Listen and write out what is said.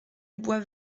bois